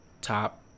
top